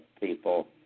people